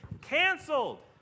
canceled